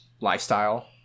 lifestyle